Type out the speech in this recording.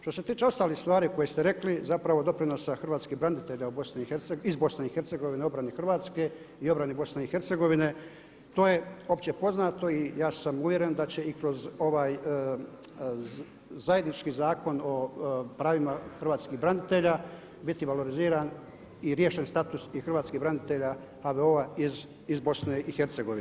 Što se tiče ostalih stvari koje ste rekli, zapravo doprinosa hrvatskih branitelja iz BiH u obrani Hrvatske i obrani BiH to je opće poznato i ja sam uvjeren da će i kroz ovaj zajednički Zakon o pravima hrvatskih branitelja biti valoriziran i riješen status i hrvatskih branitelja HVO-a iz BiH.